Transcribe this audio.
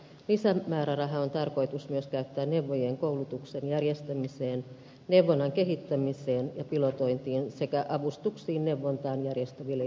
lisämäärärahaa on tarkoitus myös käyttää neuvojien koulutuksen järjestämiseen neuvonnan kehittämiseen ja pilotointiin sekä avustuksiin neuvontaa järjestäville järjestöille ja yhteisöille